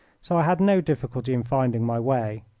so i had no difficulty in finding my way.